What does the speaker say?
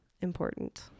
important